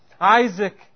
Isaac